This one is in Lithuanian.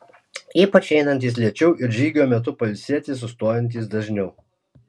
ypač einantys lėčiau ir žygio metu pailsėti sustojantys dažniau